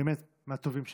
באמת מהטובים שהכרתי.